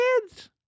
kids